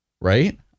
Right